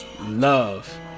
love